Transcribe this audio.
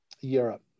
Europe